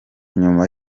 nyuma